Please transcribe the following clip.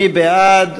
מי בעד?